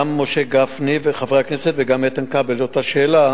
גם חבר הכנסת משה גפני וגם איתן כבל שאלו